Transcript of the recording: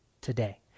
today